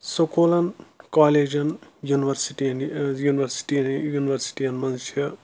سکوٗلَن کالَیجَن university university یوٗنِوَرسِٹِیَن منٛز چھِ